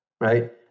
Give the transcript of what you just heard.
Right